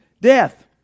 death